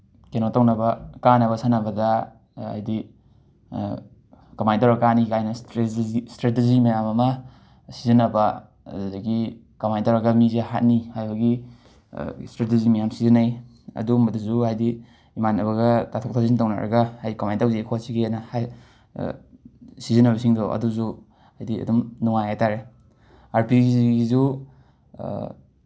ꯀꯩꯅꯣ ꯇꯧꯅꯕ ꯀꯥꯅꯕ ꯁꯥꯟꯅꯕꯗ ꯍꯥꯏꯗꯤ ꯀꯃꯥꯏꯅ ꯇꯧꯔ ꯀꯥꯅꯤ ꯀꯥꯏꯅ ꯏꯁꯇ꯭ꯔꯦꯇꯤꯖꯤ ꯃꯌꯥꯝ ꯑꯃ ꯁꯤꯖꯤꯟꯅꯕ ꯑꯗꯨꯗꯒꯤ ꯀꯃꯥꯏꯅ ꯇꯧꯔꯒ ꯃꯤꯁꯦ ꯍꯥꯠꯅꯤ ꯍꯥꯏꯕꯒꯤ ꯏꯁꯇ꯭ꯔꯦꯇꯤꯖꯤ ꯃꯌꯥꯝ ꯁꯤꯖꯤꯟꯅꯩ ꯑꯗꯨꯝꯕꯗꯁꯨ ꯍꯥꯏꯗꯤ ꯏꯃꯥꯟꯅꯕꯒ ꯇꯥꯊꯣꯛ ꯇꯥꯁꯤꯟ ꯇꯧꯅꯔꯒ ꯍꯥꯏꯗꯤ ꯀꯃꯥꯏꯅ ꯇꯧꯁꯤꯒꯦ ꯈꯣꯠꯁꯤꯒꯦꯅ ꯁꯤꯖꯤꯟꯅꯕꯁꯤꯡꯗꯣ ꯑꯗꯨꯁꯨ ꯍꯥꯏꯗꯤ ꯑꯗꯨꯝ ꯅꯨꯡꯉꯥꯏ ꯍꯥꯏ ꯇꯥꯔꯦ ꯑꯥꯔ ꯄꯤ ꯖꯤꯒꯤꯁꯨ